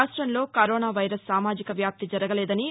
రాష్టంలో corona virus సామాజిక వ్యాప్తి జరగలేదని